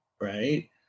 right